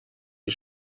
die